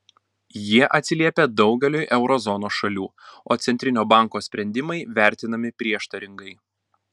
jie atsiliepia daugeliui euro zonos šalių o centrinio banko sprendimai vertinami prieštaringai